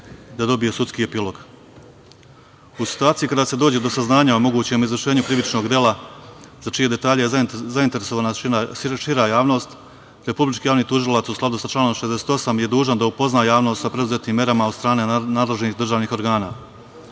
dobije sudski epilog.U situaciji kada se dođe do saznanja o mogućem izvršenju krivičnog dela za čije detalje je zainteresovana šira javnost, Republički javni tužilac, u skladu sa članom 68, je dužan da upozna javnost sa preduzetim merama od strane nadležnih državnih organa.